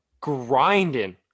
grinding